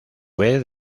vez